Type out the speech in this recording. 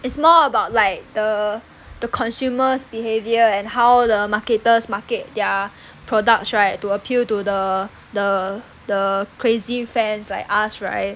it's more about like the the consumers' behaviour and how the marketers market their products right to appeal to the the the crazy fans like us right